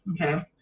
okay